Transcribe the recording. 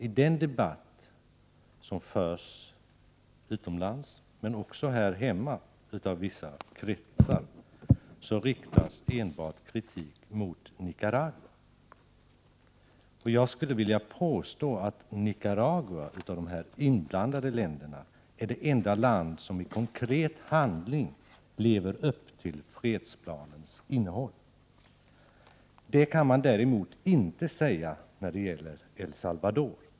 I den debatt som förs utomlands, men också här hemma, riktas av vissa kretsar enbart kritik mot Nicaragua. Jag skulle vilja påstå att av de inblandade länderna är Nicaragua det enda land som i konkret handling lever upp till fredsplanen. Det kan man däremot inte säga om El Salvador.